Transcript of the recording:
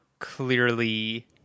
clearly